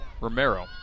Romero